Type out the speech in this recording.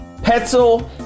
Petzl